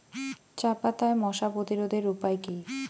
চাপাতায় মশা প্রতিরোধের উপায় কি?